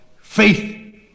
faith